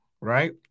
right